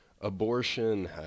abortion